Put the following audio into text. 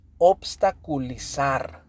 obstaculizar